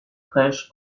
fraîche